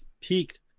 peaked